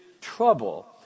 trouble